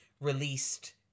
released